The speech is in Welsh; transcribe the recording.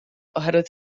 oherwydd